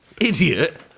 Idiot